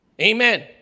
Amen